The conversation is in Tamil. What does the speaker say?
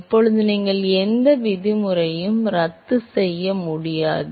இப்போது நீங்கள் எந்த விதிமுறைகளையும் ரத்து செய்ய முடியாது